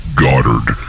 goddard